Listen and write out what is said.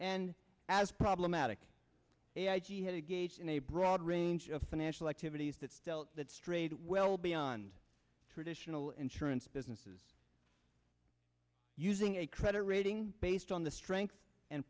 and as problematic he had a gauge in a broad range of financial activities that still that strayed well beyond traditional insurance businesses using a credit rating based on the strength and